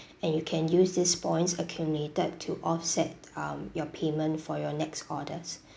and you can use these points accumulated to offset um your payment for your next orders